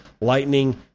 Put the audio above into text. Lightning